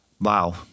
wow